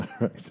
right